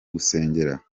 gusengera